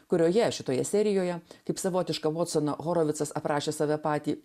kurioje šitoje serijoje kaip savotišką votsoną horovicas aprašė save patį